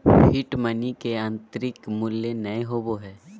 fiat money के आंतरिक मूल्य नय होबो हइ